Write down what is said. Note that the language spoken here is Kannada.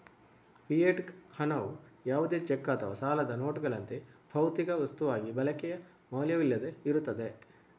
ಫಿಯೆಟ್ ಹಣವು ಯಾವುದೇ ಚೆಕ್ ಅಥವಾ ಸಾಲದ ನೋಟುಗಳಂತೆ, ಭೌತಿಕ ವಸ್ತುವಾಗಿ ಬಳಕೆಯ ಮೌಲ್ಯವಿಲ್ಲದೆ ಇರುತ್ತದೆ